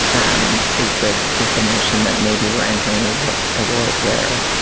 um is the is the notion that maybe we're entering a world, a world where